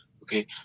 Okay